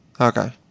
okay